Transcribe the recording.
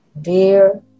dear